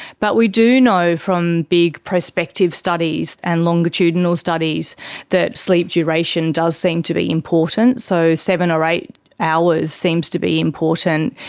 but we do know from big prospective studies and longitudinal studies that sleep duration does seem to be important, so seven or eight hours seems to be important.